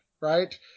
right